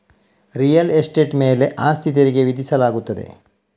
real estate ಮೇಲೆ ಆಸ್ತಿ ತೆರಿಗೆ ವಿಧಿಸಲಾಗುತ್ತದೆ